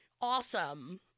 Awesome